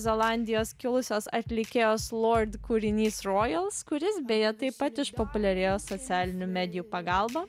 zelandijos kilusios atlikėjos lord kūrinys rojals kuris beje taip pat išpopuliarėjo socialinių medijų pagalba